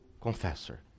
confessor